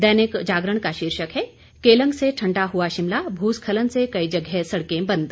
दैनिक जागरण का शीर्षक है केलंग से ठंडा हुआ शिमला भू स्खलन से कई जगह सड़कें बंद